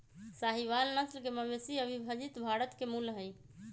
साहीवाल नस्ल के मवेशी अविभजित भारत के मूल हई